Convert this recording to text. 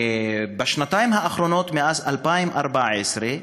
בשנתיים האחרונות, מאז 2014,